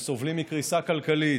שסובלים מקריסה כלכלית.